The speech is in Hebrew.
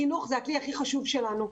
החינוך זה הכלי הכי חשוב שלנו.